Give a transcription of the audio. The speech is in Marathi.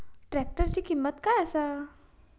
ट्रॅक्टराची किंमत काय आसा?